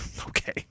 Okay